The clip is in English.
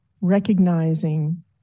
recognizing